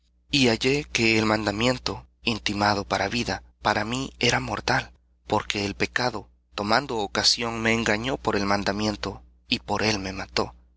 y hallé que el mandamiento para vida era mortal porque el pecado tomando ocasión me engañó por el mandamiento y por él me mató